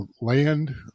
land